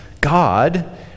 God